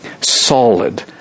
Solid